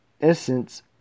essence